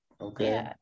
okay